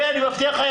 ואני מבטיח לך,